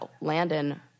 Landon